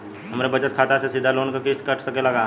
हमरे बचत खाते से सीधे लोन क किस्त कट सकेला का?